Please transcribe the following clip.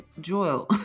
joel